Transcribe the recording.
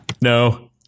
no